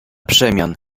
przemian